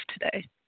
today